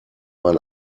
man